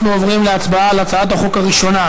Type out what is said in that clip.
אנחנו עוברים להצבעה על הצעת החוק הראשונה,